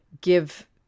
give